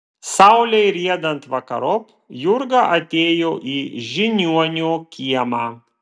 saulei riedant vakarop jurga atėjo į žiniuonio kiemą